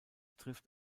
trifft